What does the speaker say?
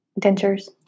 dentures